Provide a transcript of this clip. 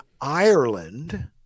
Ireland